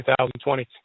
2020